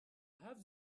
have